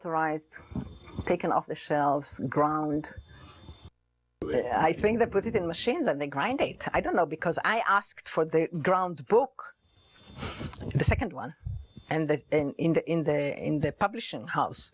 authorised taken off the shelves ground i think the put it in machines and they grind it i don't know because i asked for the ground book and the second one and that in the in the in the publishing house